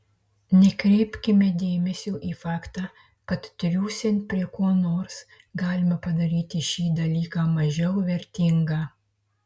nekreipkime dėmesio į faktą kad triūsiant prie ko nors galima padaryti šį dalyką mažiau vertingą